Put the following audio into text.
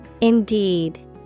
Indeed